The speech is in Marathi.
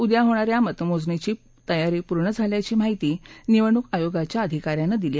उद्या होणाऱ्या मतमोजणीची पूर्ण तयारी झाली असल्याची माहिती निवडणूक आयोगाच्या अधिका यानं दिली